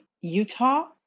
Utah